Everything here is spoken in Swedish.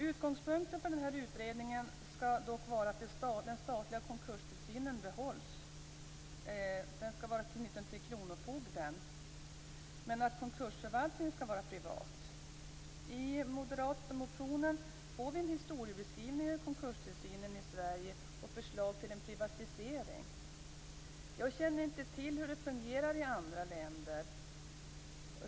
Utgångspunkten för utredningen skall dock vara att den statliga konkurstillsynen behålls. Den skall vara knuten till kronofogdemyndigheten, men konkursförvaltningen skall vara privat. I moderatmotionen får vi en historieskrivning över konkurstillsynen i Sverige och förslag till en privatisering. Jag känner inte till hur det fungerar i andra länder.